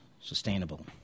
sustainable